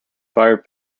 fire